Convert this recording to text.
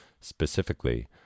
specifically